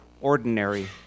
ordinary